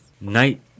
Night